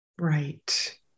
Right